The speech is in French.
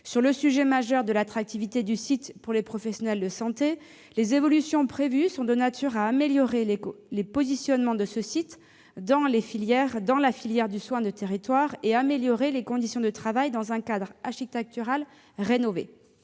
Sur le sujet majeur de l'attractivité du site pour les professionnels de santé, les évolutions prévues sont de nature à en améliorer le positionnement dans la filière de soin du territoire et à améliorer les conditions de travail dans un cadre architectural rénové.